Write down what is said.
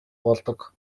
болдог